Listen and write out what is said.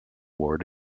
ward